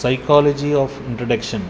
psychology of introduction